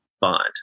Bond